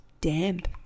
damp